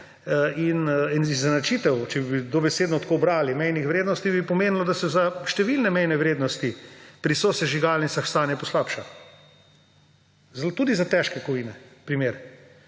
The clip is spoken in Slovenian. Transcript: In izenačitev, če bi dobesedno tako brali, mejnih vrednosti bi pomenilo, da se za številne mejne vrednosti pri sosežigalnicah stanje poslabša. Tudi za težke kovine, na primer,